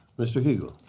mr. hiegel.